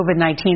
COVID-19